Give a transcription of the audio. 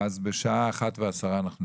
אז בשעה 13:10 אנחנו ניפגש.